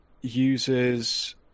uses